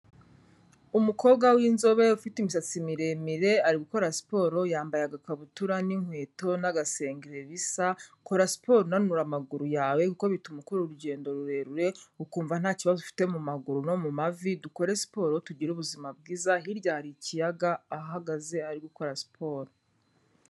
Umukobwa w'inzobe ufite imisatsi miremire, ari gukora siporo yambaye agakabutura n'inkweto n'agasengeri bisa, kora siporo unanura amaguru yawe, kuko bituma ukora urugendo rurerure, ukumva ntaki kibazo ufite mu maguru no mu mavi, dukore siporo tugire ubuzima bwiza, hirya hari ikiyaga aho ahagaze ari gukora siporo.